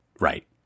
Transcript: Right